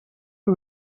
you